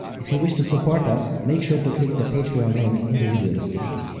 if you wish to support us, make sure to click the patreon link in the video description.